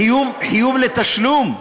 חיוב לתשלום,